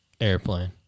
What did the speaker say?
Airplane